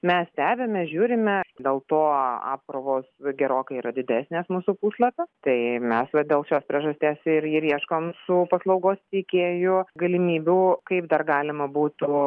mes stebime žiūrime dėl to apkrovos gerokai yra didesnės mūsų puslapio tai mes va dėl šios priežasties ir ir ieškom su paslaugos teikėju galimybių kaip dar galima būtų